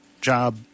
job